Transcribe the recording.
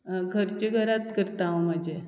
घरचे घरांत करता हांव म्हजें